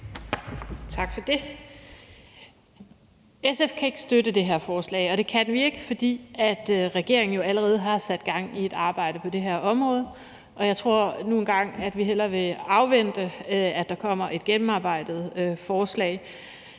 Tak for det. SF kan ikke støtte det her forslag, og det kan vi ikke, fordi regeringen jo allerede har sat gang i et arbejde på det her område, og jeg tror nu engang, at vi hellere vil afvente, at der kommer et gennemarbejdet forslag,